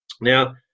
Now